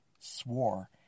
swore